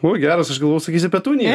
o geras aš galvojau sakysi petunija